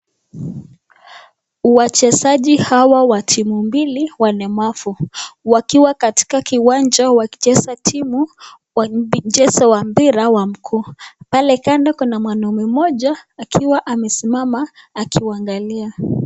Wachezaji hawa wa timu mbili walemavu wakiwa katika kiwanja wakicheza timu wa michezo wa mpira mguu pale kando kuna mwanaume mmoja akiwa amesimama akiwaangalia.